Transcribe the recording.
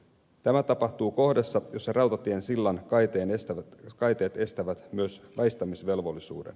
tämä tapahtuu kohdassa jossa rautatiensillan kaiteet estävät myös väistämisvelvollisuuden